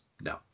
No